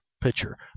pitcher